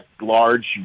large